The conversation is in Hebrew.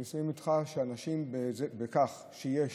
אני מסכים איתך לכך שיש